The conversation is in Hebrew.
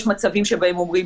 יש מצבים שבהם אומרים,